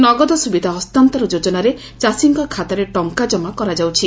ନଗଦ ସୁବିଧା ହସ୍ତାନ୍ତର ଯୋଜନାରେ ଚାଷୀଙ୍ ଖାତାରେ ଟଙ୍କା ଜମା କରାଯାଉଛି